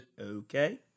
Okay